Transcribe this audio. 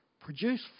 Produce